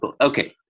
Okay